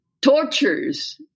tortures